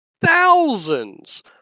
thousands